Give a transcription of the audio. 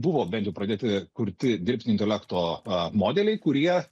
buvo bent jau pradėti kurti dirbtinio intelekto modeliai kurie